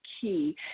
key